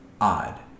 odd